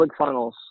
ClickFunnels